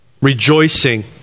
rejoicing